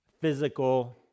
physical